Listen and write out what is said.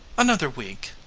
another week,